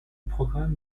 programme